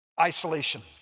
Isolation